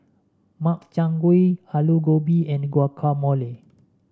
Makchang Gui Alu Gobi and Guacamole